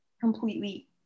completely